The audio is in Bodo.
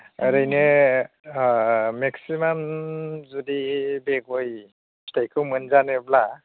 ओरैनो ओ मेक्सिमाम जुदि बे गय फिथाइखौ मोनजानोब्ला